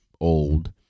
old